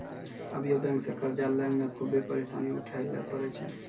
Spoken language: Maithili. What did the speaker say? अभियो बेंक से कर्जा लेय मे खुभे परेसानी उठाय ले परै छै